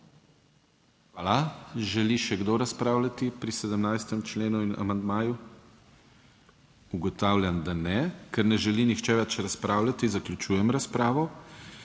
Hvala. Želi še kdo razpravljati pri 17. členu in amandmaju? Ugotavljam, da ne. Ker ne želi nihče več razpravljati, zaključujem razpravo.